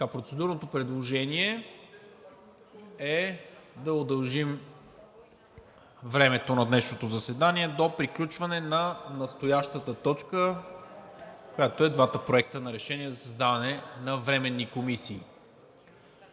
Процедурното предложение е да удължим времето на днешното заседание до приключване на настоящата точка, която е двата проекта на решение за създаване на временни комисии.